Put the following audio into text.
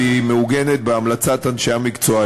והיא מעוגנת בהמלצת בעלי המקצוע.